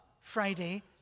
Friday